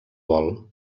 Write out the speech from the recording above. vol